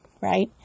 right